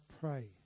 pray